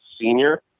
senior